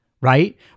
right